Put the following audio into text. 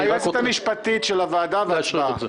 היועצת המשפטית של הוועדה והצבעה.